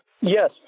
Yes